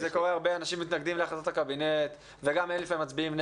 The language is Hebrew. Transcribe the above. אנשים מתנגדים להחלטות הקבינט וגם אלה לפעמים מצביעים נגד,